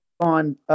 on